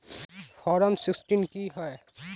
Form sixteen की होय?